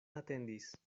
atendis